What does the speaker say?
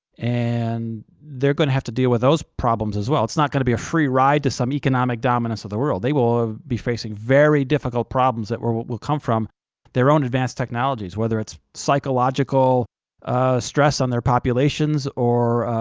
and they're going to have to deal with those problems as well. it's not going to be a free ride to some economic dominance of the world. they will be facing very difficult problems that will will come from their own advanced technologies whether it's psychological stress on their populations or,